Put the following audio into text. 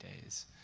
days